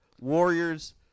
Warriors